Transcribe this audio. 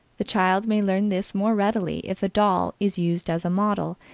the child may learn this more readily if a doll is used as a model,